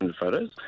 photos